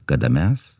kada mes